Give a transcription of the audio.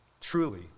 Truly